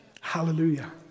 Hallelujah